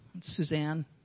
Suzanne